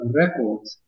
records